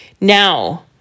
now